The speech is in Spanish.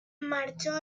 marchó